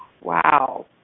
Wow